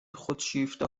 خودشیفته